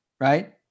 right